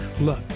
Look